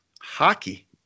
Hockey